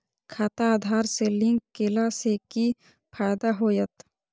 खाता आधार से लिंक केला से कि फायदा होयत?